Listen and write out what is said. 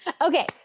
okay